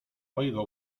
oigo